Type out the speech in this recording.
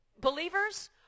believers